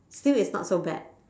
still is not so bad